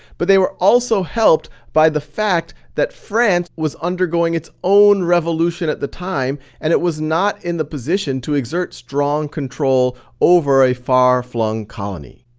but they were also helped by the fact that france was undergoing its own revolution at the time and it was not in the position to exert strong control over a far flung colony.